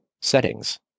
Settings